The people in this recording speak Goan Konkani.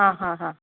आं हां हां